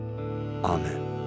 Amen